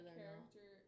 character